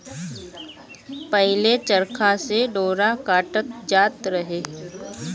पहिले चरखा से डोरा काटल जात रहे